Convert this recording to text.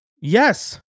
Yes